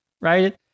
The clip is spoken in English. right